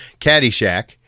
Caddyshack